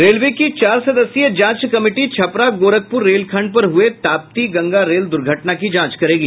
railway की चार सदस्यीय जांच कमिटी छपरा गोरखपुर रेल खंड पर हुये ताप्ती गंगा रेल दुर्घटना की जांच करेगी